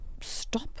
stop